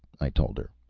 i told her.